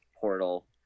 portal